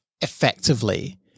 effectively